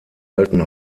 alten